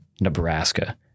Nebraska